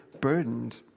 burdened